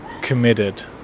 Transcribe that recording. committed